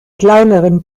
kleineren